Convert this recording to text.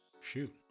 shoot